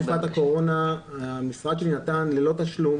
בתקופת הקורונה המשרד שלי נתן ללא תשלום